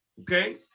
okay